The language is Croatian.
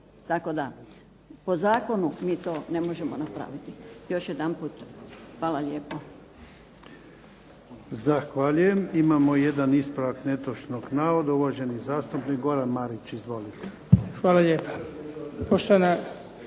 tako da po zakonu mi to ne možemo napraviti. Još jedanput hvala lijepo.